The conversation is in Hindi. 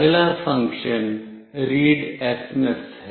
अगला फ़ंक्शन readsms है